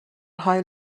haul